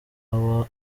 haba